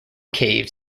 caves